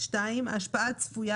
הערה נוספת,